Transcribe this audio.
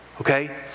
Okay